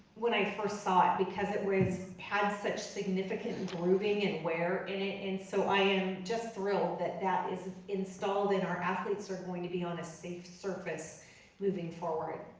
when i first saw it because it was, had such significant and grooving and wear in it, and so i am just thrilled that that is installed and our athletes are going to be on a safe surface moving forward.